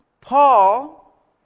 Paul